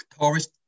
tourist